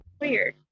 Weird